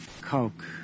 coke